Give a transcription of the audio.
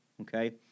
Okay